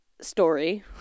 story